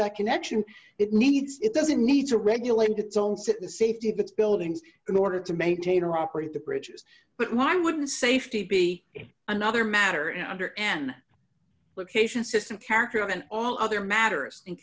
that connection it needs it doesn't need to regulate its own citizens safety of its buildings in order to maintain or operate the bridges but why would the safety be another matter and under an location system character and all other matters in